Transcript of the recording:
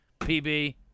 PB